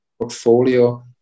portfolio